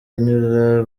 anyura